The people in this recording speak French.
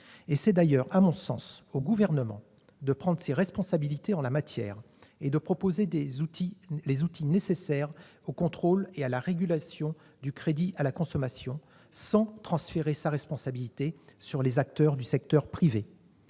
effectif. À mon sens, c'est au Gouvernement de prendre ses responsabilités en la matière en proposant les outils nécessaires au contrôle et à la régulation du crédit à la consommation, sans transférer sa responsabilité sur les acteurs du secteur privé.